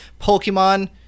Pokemon